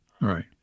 right